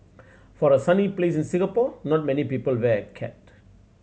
for a sunny place as Singapore not many people wear a cat